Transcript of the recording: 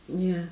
ya